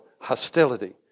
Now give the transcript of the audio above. hostility